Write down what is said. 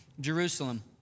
Jerusalem